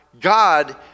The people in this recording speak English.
God